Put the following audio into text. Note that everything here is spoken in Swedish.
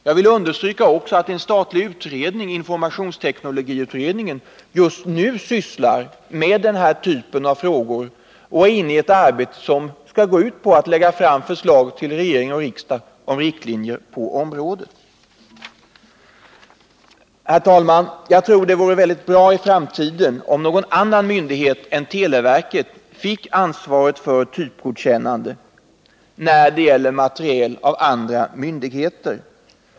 Jag vill understryka att en statlig utredning, informationsteknologiutredningen, just nu sysslar med denna typ av frågor och är inne i ett arbete som går ut på att lägga förslag till regering och riksdag om riktlinjer på området. Herr talman! Jag tror det vore bra i framtiden om någon annan myndighet än televerket fick ansvaret för typgodkännande av nya utrustningar.